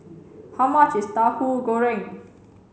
how much is tahu goreng